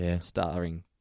starring